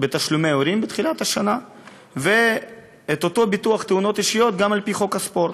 בתשלומי הורים בתחילת השנה וביטוח תאונות אישיות גם על-פי חוק הספורט.